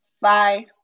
Bye